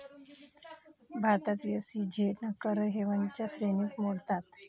भारतात एस.ई.झेड कर हेवनच्या श्रेणीत मोडतात